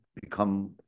become